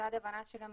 לצד הבנה שגם